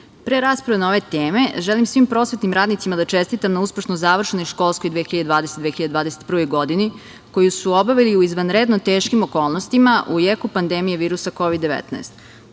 rasprave na ove teme, želim svim prosvetnim radnicima da čestitam na uspešno završenoj školskoj 2020/2021. godini, koju su obavili u izvanredno teškim okolnostima, a u jeku pandemije virusa Kovid-19.